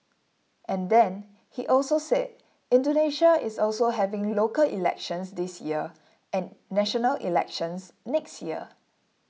and then he also said Indonesia is also having local elections this year and national elections next year